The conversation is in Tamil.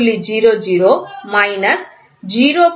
00 மைனஸ் 0